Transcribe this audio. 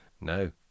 no